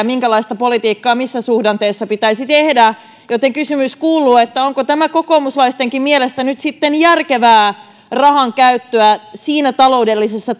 siitä minkälaista politiikkaa missäkin suhdanteessa pitäisi tehdä joten kysymys kuuluu onko tämä kokoomuslaistenkin mielestä nyt sitten järkevää rahankäyttöä siinä taloudellisessa